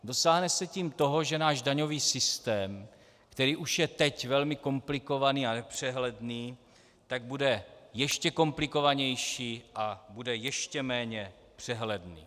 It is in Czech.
Dosáhne se tím toho, že náš daňový systém, který už je teď velmi komplikovaný a nepřehledný, tak bude ještě komplikovanější a bude ještě méně přehledný.